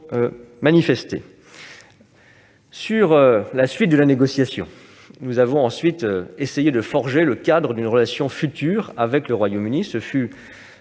En ce qui concerne la négociation, nous avons ensuite essayé de forger le cadre d'une relation future avec le Royaume-Uni : ce fut